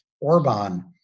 Orban